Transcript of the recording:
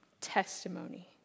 testimony